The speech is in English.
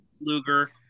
luger